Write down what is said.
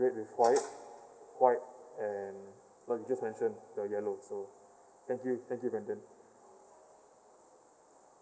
red with white white and like you just mentioned the yellow so thank you thank you brandon